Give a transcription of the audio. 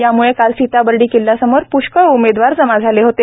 यामुळे काल सीताबर्डी किल्ला समोर पृष्कळ उमेदवार जमा झाले होते